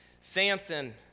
Samson